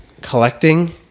collecting